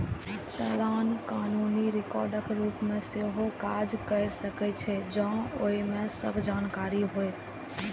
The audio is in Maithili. चालान कानूनी रिकॉर्डक रूप मे सेहो काज कैर सकै छै, जौं ओइ मे सब जानकारी होय